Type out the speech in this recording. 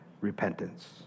repentance